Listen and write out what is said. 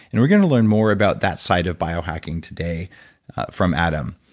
and we're going to learn more about that side of biohacking today from adam,